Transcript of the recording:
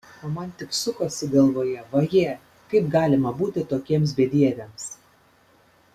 o man tik sukosi galvoje vaje kaip galima būti tokiems bedieviams